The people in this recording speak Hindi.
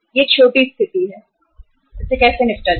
यह एक छोटी स्थिति है इससे कैसे निपटा जाए